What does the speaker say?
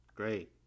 great